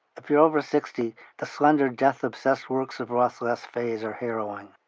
if you're over sixty, the slender, death-obsessed works of roth's last phase are harrowing.